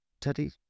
teddy